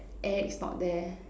air is not there